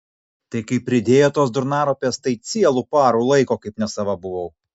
tai kai pridėjo tos durnaropės tai cielų parų laiko kaip nesava buvau